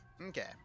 okay